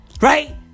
right